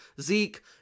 Zeke